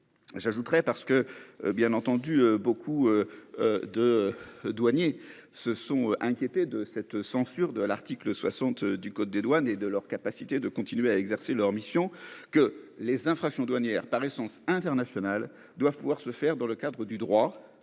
J'ajouterai parce que bien entendu beaucoup. De douaniers se sont inquiétés de cette censure de l'article 60 du code des douanes et de leur capacité de continuer à exercer leur mission que les infractions douanières par essence internationales doivent pouvoir se faire dans le cadre du droit,